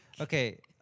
Okay